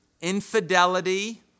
infidelity